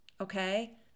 Okay